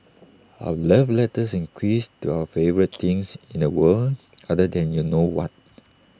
our love letters and quiz to our favourite thing in the world other than you know what